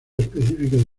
específico